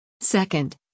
second